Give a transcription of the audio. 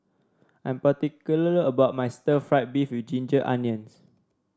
I am particular about my stir fry beef with Ginger Onions